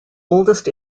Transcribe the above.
oldest